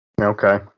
Okay